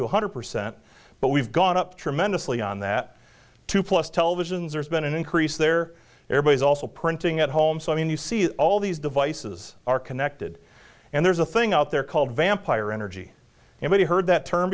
two hundred percent but we've gone up tremendously on that two plus televisions or has been an increase there everybody's also printing at home so i mean you see all these devices are connected and there's a thing out there called vampire energy and we heard that term